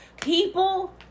people